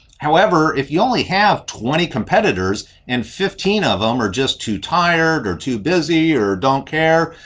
however, if you only have twenty competitors and fifteen of them are just too tired or too busy or don't care.